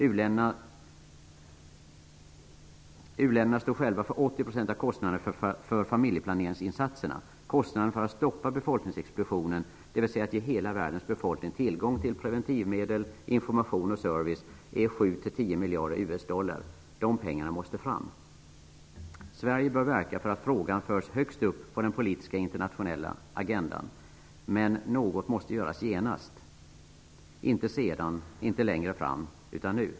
U-länderna står själva för 80 % Kostnaderna för att stoppa befolkningsexplosionen -- dvs. att ge hela världens befolkning tillgång till preventivmedel, information och service -- är 7--10 miljarder USD. Dessa pengar måste fram. Sverige bör verka för att frågan förs högst upp på den politiska internationella agendan, men något måste göras genast -- inte sedan, inte längre fram utan nu.